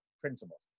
principles